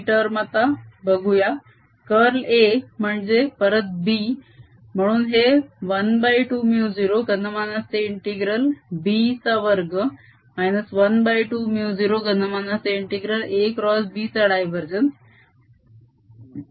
ही term आता बघूया curl A म्हणजे परत B म्हणून हे ½ μ0 घनमानाचे ∫B चा वर्ग - ½ μ0 घनमानाचे ∫ AxB चा डायवरजेन्स